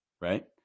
right